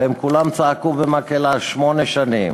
והם כולם צעקו במקהלה: שמונה שנים.